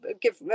give